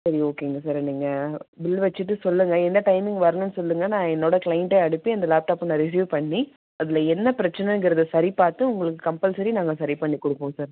சரி ஓகேங்க சார் நீங்கள் பில் வச்சுட்டு சொல்லுங்கள் எந்த டைமிங் வரணும்னு சொல்லுங்கள் நான் என்னோடய க்ளைண்ட்டை அனுப்பி அந்த லேப்டாப்பை நான் ரிஸிவ் பண்ணி அதில் என்ன பிரச்சினைங்குறது சரி பார்த்து உங்களுக்கு கம்பல்சரி நாங்கள் சரி பண்ணி கொடுப்போம் சார்